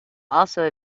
also